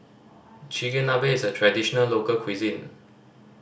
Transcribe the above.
chigenabe is a traditional local cuisine